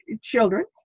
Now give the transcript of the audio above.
children